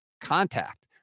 contact